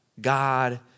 God